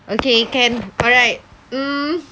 okay can alright mm